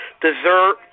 dessert